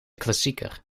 klassieker